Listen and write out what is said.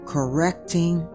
Correcting